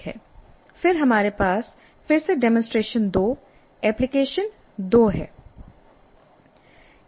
फिर हमारे पास फिर से डेमोंसट्रेशन 2 एप्लीकेशन 2 है